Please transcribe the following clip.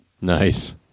nice